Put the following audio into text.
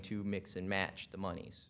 to mix and match the monies